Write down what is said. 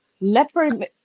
Leopard